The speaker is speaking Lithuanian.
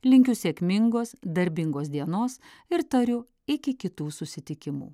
linkiu sėkmingos darbingos dienos ir tariu iki kitų susitikimų